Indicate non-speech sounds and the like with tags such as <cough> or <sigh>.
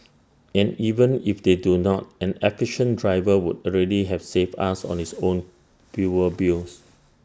and even if they do not an efficient driver would already have saved us <noise> on his own fuel bills